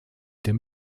den